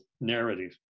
narrative